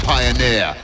Pioneer